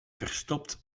verstopt